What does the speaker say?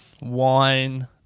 wine